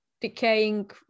decaying